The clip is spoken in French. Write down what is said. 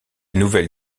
nouvelles